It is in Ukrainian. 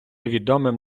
відомим